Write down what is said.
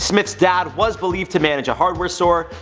smith's dad, was believed to manage a hardware store,